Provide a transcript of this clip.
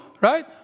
right